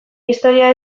historia